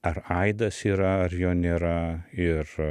ar aidas yra ar jo nėra ir